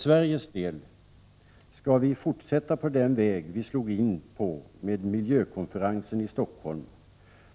Sverige skall forsätta på den väg som man slog in på med miljökonferensen i Helsingfors.